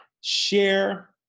share